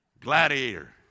Gladiator